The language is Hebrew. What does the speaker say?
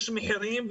יש מחירים,